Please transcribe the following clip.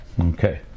okay